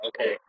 okay